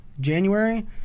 January